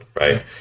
right